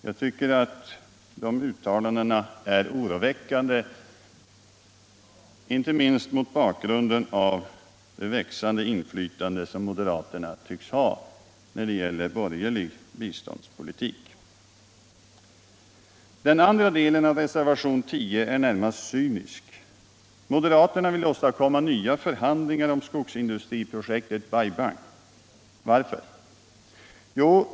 Jag tycker att detta uttalande är oroväckande, inte minst med hänsyn till det växande inflytande som moderaterna tycks ha när det gäller borgerlig biståndspolitik. Den andra delen av reservationen 10 är närmast cynisk. Moderaterna vill åstadkomma nya förhandlingar om skogsindustriprojektet Bai Bang. Varför? Jo.